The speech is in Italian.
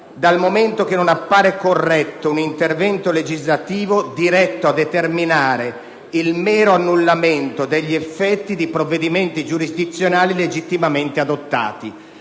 dal momento che non appare corretto un intervento legislativo diretto a determinare il mero annullamento degli effetti di provvedimenti giurisdizionali legittimamente adottati».